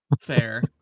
Fair